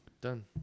Done